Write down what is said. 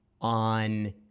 on